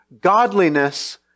godliness